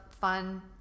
fun